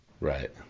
Right